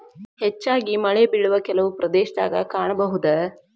ಹೆಚ್ಚಾಗಿ ಮಳೆಬಿಳುವ ಕೆಲವು ಪ್ರದೇಶದಾಗ ಕಾಣಬಹುದ